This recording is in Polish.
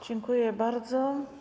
Dziękuję bardzo.